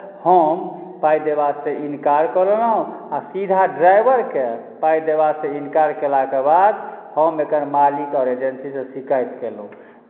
हम पाइ देबासँ इन्कार कयलहुँ आ सीधा ड्राइवरकेँ पाइ देबासँ इन्कार कयलाक बाद हम एकर मालिक आओर एजेन्सीसँ शिकायत केलहुँ